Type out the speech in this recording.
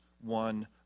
one